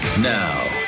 Now